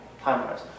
time-wise